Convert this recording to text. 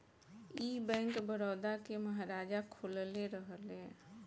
ई बैंक, बड़ौदा के महाराजा खोलले रहले